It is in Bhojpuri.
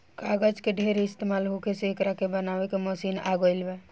कागज के ढेर इस्तमाल होखे से एकरा के बनावे के मशीन आ गइल बा